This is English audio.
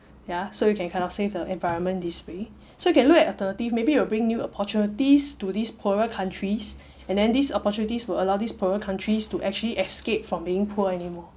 ya so you can kinda save the environment this way so you can look at alternative maybe you will bring new opportunities to these poorer countries and then these opportunities will allow these poorer countries to actually escape from being poor anymore